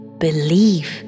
believe